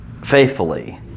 faithfully